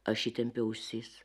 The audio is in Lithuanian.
aš įtempiau ausis